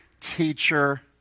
teacher